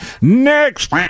Next